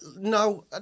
No